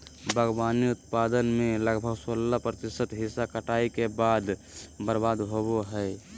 बागवानी उत्पादन में लगभग सोलाह प्रतिशत हिस्सा कटाई के बाद बर्बाद होबो हइ